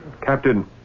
Captain